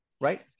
right